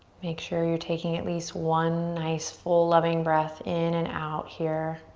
make sure you're taking at least one nice full loving breath in and out here.